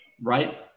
right